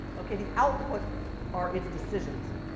okay, the outputs are its decisions.